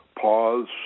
Pause